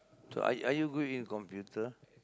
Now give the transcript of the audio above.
so are are you good in computer